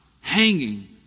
hanging